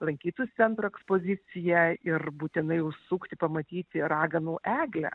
lankytojų centro ekspozicija ir būtinai užsukti pamatyti raganų eglę